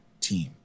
team